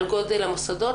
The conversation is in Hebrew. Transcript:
על גודל המוסדות,